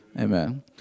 Amen